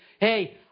Hey